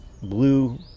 blue